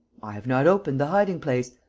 i have not opened the hiding-place.